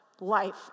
Life